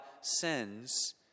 sends